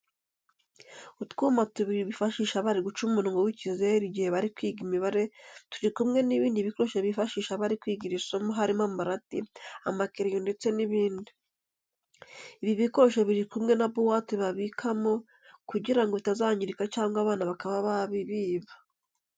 Utwuma tubiri bifashisha bari guca umurongo w'ikizeru igihe bari kwiga imibare turi kumwe n'ibindi bikoresho bifashisha bari kwiga iri somo harimo amarati, amakereyo ndetse n'ibindi. Ibi bikoresho biri kumwe na buwate babibikamo kugira ngo bitazangirika cyangwa abana bakaba babibiba.